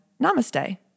Namaste